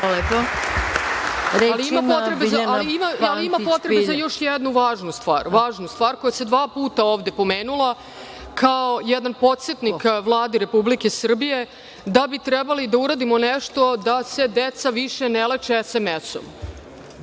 Ali ima potrebe za još jednu važnu stvar koja se dva puta ovde pomenula, kao jedan podsetnik Vlade Republike Srbije da bi trebali da uradimo nešto da se deca više ne leče sms-om.